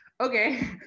Okay